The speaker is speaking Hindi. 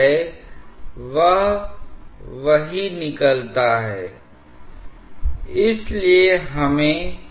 यदि वे बहुत करीब हैं तो ऊंचाई में भी अंतर नगण्य है इसके अलावा यह z कोऑर्डिनेट भी है